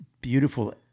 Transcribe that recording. beautiful